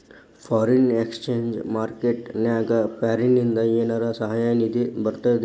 Foreign exchange market ನ್ಯಾಗ ಫಾರಿನಿಂದ ಏನರ ಸಹಾಯ ನಿಧಿ ಬರ್ತದೇನು?